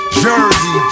Jersey